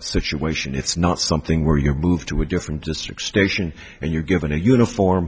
situation it's not something where you're moved to a different district station and you're given a uniform